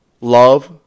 love